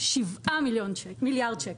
7 מיליארד שקל.